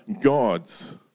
gods